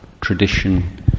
tradition